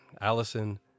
Allison